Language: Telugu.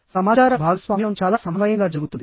సమాచార భాగస్వామ్యం చాలా సమన్వయంగా జరుగుతుంది